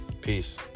Peace